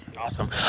Awesome